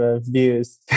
views